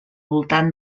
voltant